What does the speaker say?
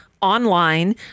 online